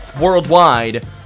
worldwide